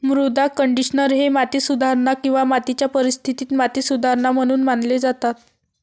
मृदा कंडिशनर हे माती सुधारणा किंवा मातीच्या परिस्थितीत माती सुधारणा म्हणून मानले जातात